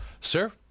Sir